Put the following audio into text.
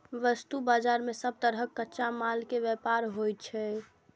वस्तु बाजार मे सब तरहक कच्चा माल के व्यापार होइ छै